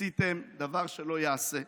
עשיתם דבר שלא ייעשה.